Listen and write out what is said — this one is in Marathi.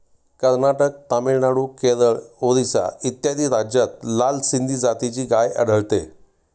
कर्नाटक, तामिळनाडू, केरळ, ओरिसा इत्यादी राज्यांत लाल सिंधी जातीची गाय आढळते